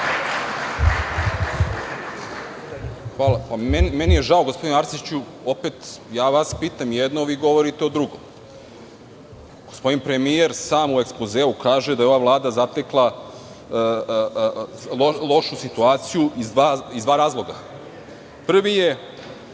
Meni je žao gospodine Arsiću. Opet vas pitam jedno vi govorite drugo. Gospodin premijer sam u ekspozeu kaže da je ova Vlada zatekla lošu situaciju iz dva razloga. Prvi je